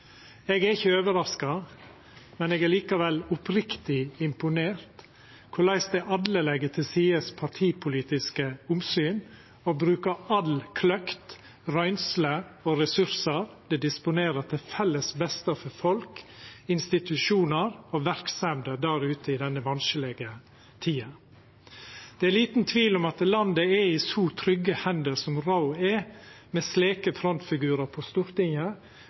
Eg er ikkje overraska, men eg er likevel oppriktig imponert over korleis alle legg til side partipolitiske omsyn og bruker all kløkt, røynsle og ressursar ein disponerer, til felles beste for folk, institusjonar og verksemder der ute i denne vanskelege tida. Det er liten tvil om at landet er i så trygge hender som råd er, med slike frontfigurar på Stortinget